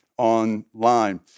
online